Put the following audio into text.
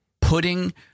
putting